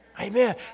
Amen